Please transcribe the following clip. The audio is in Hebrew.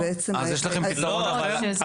יש לכם פתרון לבעיה?